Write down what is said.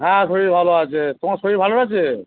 হ্যাঁ শরীর ভালো আছে তোমার শরীর ভালো আছে